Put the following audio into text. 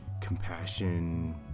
compassion